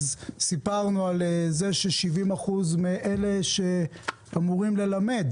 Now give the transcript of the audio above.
סיפרנו על זה ש-70% מאלה שאמורים ללמד